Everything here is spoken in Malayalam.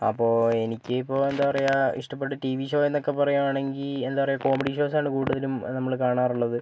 അപ്പോൾ എനിക്ക് ഇപ്പോൾ എന്താണ് പറയുക ഇഷ്ടപ്പെട്ട ടി വി ഷോ എന്നൊക്കെ പറയുവാണെങ്കിൽ എന്താണ് പറയുക കോമഡി ഷോസ് ആണ് കൂടുതലും നമ്മൾ കാണാറുള്ളത്